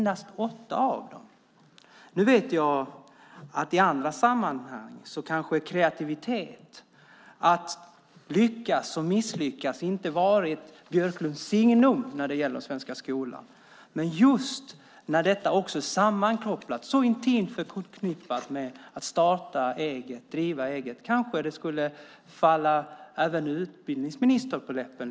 Dock vet jag från andra sammanhang att detta med kreativitet och med att lyckas och misslyckas kanske inte varit Björklunds signum när det gäller den svenska skolan. Men just när detta sammankopplas och så intimt förknippas med att starta och driva eget skulle det kanske lite bättre falla även utbildningsministern på läppen.